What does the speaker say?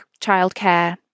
childcare